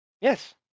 Yes